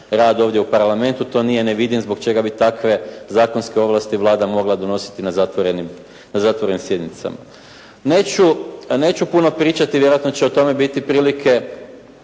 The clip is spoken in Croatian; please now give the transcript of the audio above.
rad ovdje u Parlamentu to nije, ne vidim zbog čega bi takve zakonske ovlasti Vlada mogla donositi na zatvorenim sjednicama. Neću puno pričati, vjerojatno će o tome biti prilike